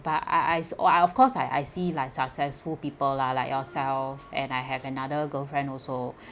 but I I I of course I I see like successful people lah like yourself and I have another girlfriend also